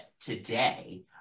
today